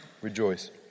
Rejoice